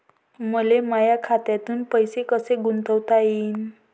मले माया खात्यातून पैसे कसे गुंतवता येईन?